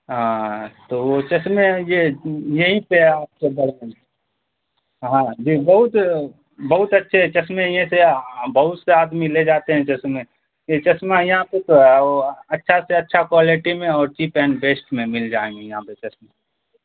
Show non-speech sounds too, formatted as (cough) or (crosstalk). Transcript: ہاں تو وہ چشمے یہ یہیں پہ ہے آپ کے (unintelligible) ہاں جی بہت بہت اچھے چسمے ہئیں سے بہت سے آدمی لے جاتے ہیں چسمے یہ چشمہ یہاں پہ تو ہے اچھا سے اچھا کوالٹی میں اور چیپ اینڈ بیسٹ میں مل جائیں گے یہاں پہ چشمہ